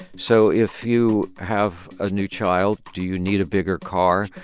so if you have a new child, do you need a bigger car?